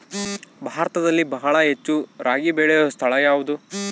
ಭಾರತದಲ್ಲಿ ಬಹಳ ಹೆಚ್ಚು ರಾಗಿ ಬೆಳೆಯೋ ಸ್ಥಳ ಯಾವುದು?